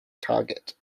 target